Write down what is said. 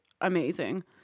amazing